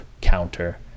counter